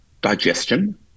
digestion